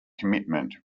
commitment